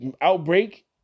outbreak